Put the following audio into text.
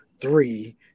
three